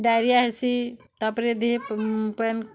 diarrhoea ହେସି ତା' ପରେ ଦିହି ପାଏନ୍